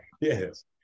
Yes